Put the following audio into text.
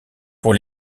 pour